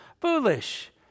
foolish